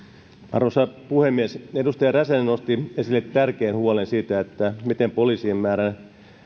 arvoisa puhemies edustaja räsänen nosti esille tärkeän huolen siitä miten poliisien määrä